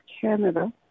Canada